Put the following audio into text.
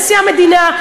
נשיא המדינה,